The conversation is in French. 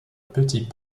petit